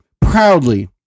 proudly